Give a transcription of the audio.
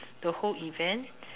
the whole event